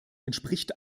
entspricht